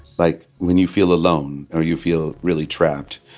like, when you feel alone or you feel really trapped.